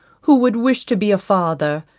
who would wish to be a father,